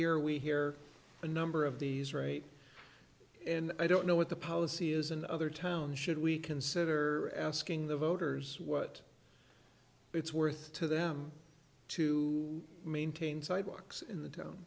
year we hear a number of these right and i don't know what the policy is in other towns should we consider asking the voters what it's worth to them to maintain sidewalks in the